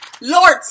Lord